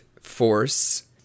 force